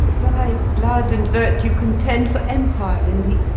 thy blood and virtue contend for empire in thee,